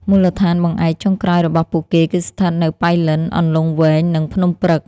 មូលដ្ឋានបង្អែកចុងក្រោយរបស់ពួកគេគឺស្ថិតនៅប៉ៃលិន អន្លង់វែង និងភ្នំព្រឹក។